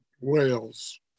Wales